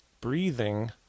breathing